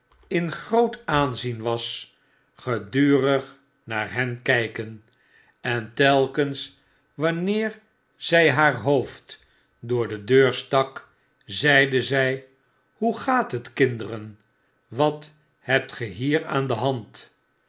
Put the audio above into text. in groot aanzien was gedurig naar hen kijken en telkens wanneer zg haar hoofd door de deur stak zeide zjj hoe gaat het kinderen wat hebt ge bier aan de hand